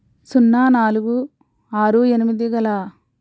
సున్నా నాలుగు ఆరు ఎనిమిది గల